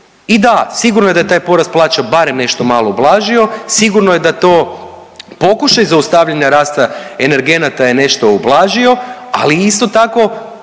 I da, sigurno je da je taj porast plaća barem nešto malo ublažio, sigurno je da to pokušaj zaustavljanja rasta energenata je nešto ublažio, ali isto tako